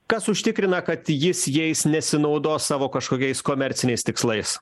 kas užtikrina kad jis jais nesinaudos savo kažkokiais komerciniais tikslais